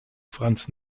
franz